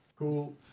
Cool